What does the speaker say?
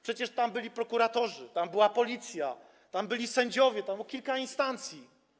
Przecież tam byli prokuratorzy, tam była policja, tam byli sędziowie, tam było kilka instancji.